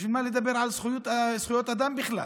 בשביל מה לדבר על זכויות אדם בכלל?